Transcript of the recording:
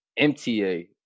MTA